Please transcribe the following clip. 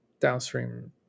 downstream